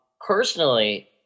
personally